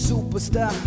Superstar